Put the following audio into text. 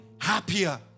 happier